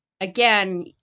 again